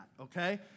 okay